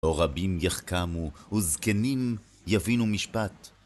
ורבים יחכמו, וזקנים יבינו משפט.